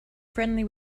friendly